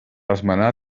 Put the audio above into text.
esmenar